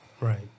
Right